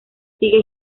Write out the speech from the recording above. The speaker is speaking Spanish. sigue